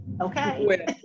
okay